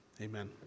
amen